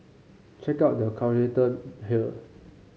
check out the calculator here